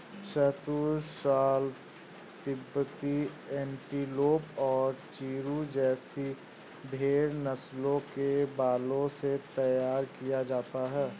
शहतूश shawl तिब्बती antelope और चिरु जैसी भेड़ नस्लों के बालों से तैयार किया जाता है